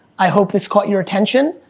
i hope this caught your attention,